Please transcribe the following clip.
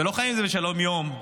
ולא חיים עם זה בשלום יום,